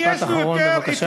משפט אחרון, בבקשה.